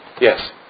Yes